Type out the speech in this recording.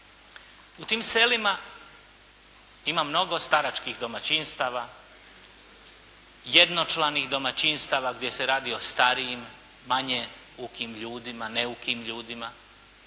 U tim selima ima mnogo staračkih domaćinstava, jednočlanih domaćinstava, gdje se radi o starijim, manje ukim ljudima, neukim ljudima,